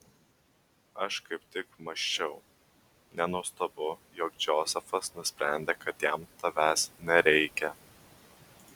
aš kaip tik mąsčiau nenuostabu jog džozefas nusprendė kad jam tavęs nereikia